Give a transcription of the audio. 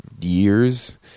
years